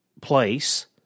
place